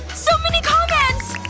so many comments!